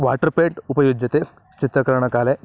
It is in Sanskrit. वाटर् पेण्ट् उपयुज्यते चित्रकरणकाले